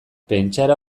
pentsaera